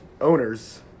Owners